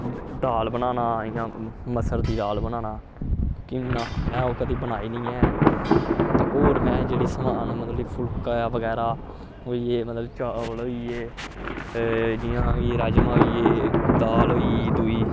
दाल बनाना इ'यां मसर दी दाल बनाना कि'यां में ओह् कदें बनाई निं ऐ ते होर में जेह्ड़ी समान मतलब कि फुल्का बगैरा होई गे मतलब चावल होई गे जि'यां कि राजमांह् होई गे दाल होई गेई दूई